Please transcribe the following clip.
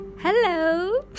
HELLO